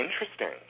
interesting